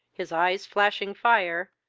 his eyes flashing fire,